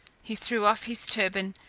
he threw off his turban,